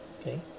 okay